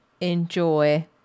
enjoy